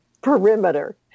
perimeter